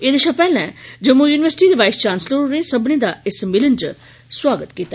एह्दे शा पैहले जम्मू युनिवर्सिटी दे वाईस चांस्लर होरें सब्मनें दा इस सम्मेलन च सोआगत कीता